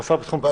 ממונה על החוק.